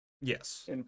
Yes